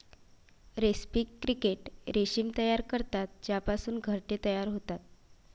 रेस्पी क्रिकेट रेशीम तयार करतात ज्यापासून घरटे तयार होतात